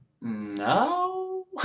No